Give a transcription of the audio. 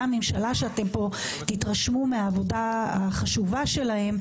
הממשלה שאתם תתרשמו פה מהעבודה החשובה שלהם,